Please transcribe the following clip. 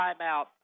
timeout